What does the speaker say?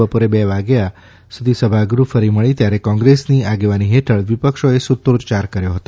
બપોરે બે વાગ્યા સભાગૃહ ફરી મળી ત્યારે કોંગ્રેસની આગેવાની હેઠળ વિપક્ષોએ સુત્રોચ્યાર કર્યો હતો